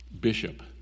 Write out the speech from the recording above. bishop